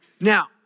Now